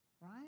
right